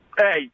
Hey